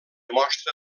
mostra